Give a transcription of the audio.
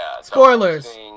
Spoilers